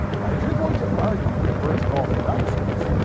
if you're going to argue that birds evolved from dinosaurs,